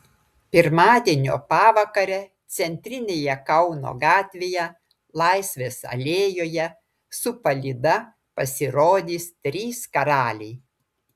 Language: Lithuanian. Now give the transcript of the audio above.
pirmadienio pavakarę centrinėje kauno gatvėje laisvės alėjoje su palyda pasirodys trys karaliai